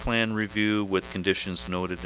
plan review with conditions noted